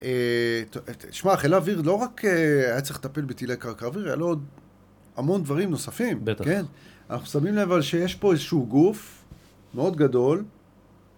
תשמע, חיל האוויר, לא רק היה צריך לטפל בטילי קרקע אוויר, היה לו עוד המון דברים נוספים. בטח. אנחנו שמים לב על שיש פה איזשהו גוף מאוד גדול.